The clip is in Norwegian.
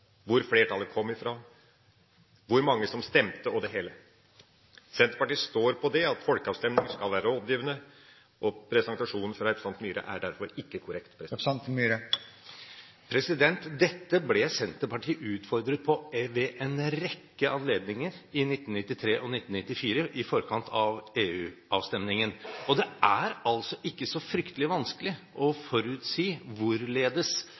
hvor stort flertall det skulle være, hvor flertallet kom fra, hvor mange som stemte og det hele. Senterpartiet står på at folkeavstemninger skal være rådgivende, og presentasjonen fra representanten Myhre er derfor ikke korrekt. Dette ble Senterpartiet utfordret på ved en rekke anledninger i 1993 og 1994, i forkant av EU-avstemningen. Det er altså ikke så fryktelig vanskelig